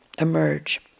emerge